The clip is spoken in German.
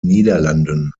niederlanden